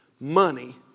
money